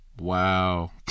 Wow